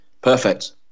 Perfect